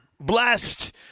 blessed